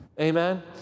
Amen